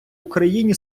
україні